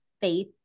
faith